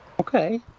Okay